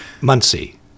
Muncie